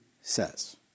says